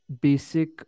basic